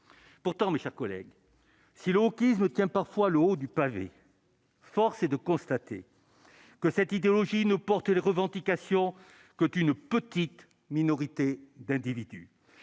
pourtant mes chers collègues, si l'eau qui tient parfois le haut du pavé, force est de constater que cette idéologie ne portent les revendications quand une petite minorité d'individus